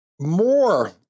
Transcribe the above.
more